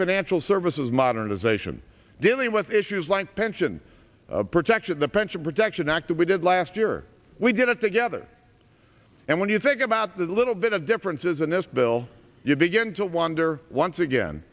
financial services modernization dealing with issues like pension protection the pension protection act we did last year we did it together and when you think about the little bit of differences in this bill you begin to wonder once again